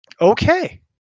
Okay